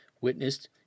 witnessed